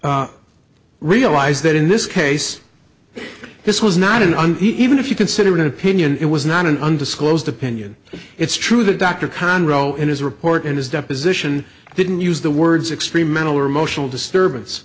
to realize that in this case this was not an un even if you consider an opinion it was not an undisclosed opinion it's true that dr khan wrote in his report and his deposition didn't use the words extreme mental or emotional disturbance